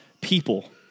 people